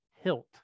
hilt